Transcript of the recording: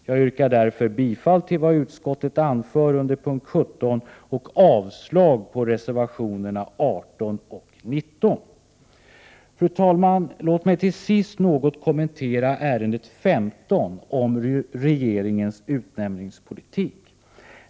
Jag yrkar därför bifall till vad utskottet anfört under punkten 17 och avslag på reservationerna 18 och 19. Fru talman! Låt mig till sist något kommentera ärendet 15 om regeringens utnämningspolitik.